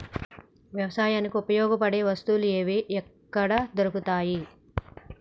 వ్యవసాయానికి ఉపయోగపడే వస్తువులు ఏవి ఎక్కడ దొరుకుతాయి?